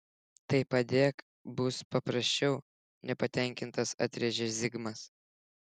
tai padek bus paprasčiau nepatenkintas atrėžė zigmas